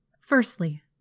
Firstly